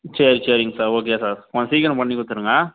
சரி சரிங் sir okay sir கொஞ்சம் சீக்கிரம் பண்ணி கொடுத்துருங்க